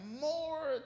more